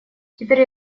теперь